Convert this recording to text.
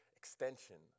extension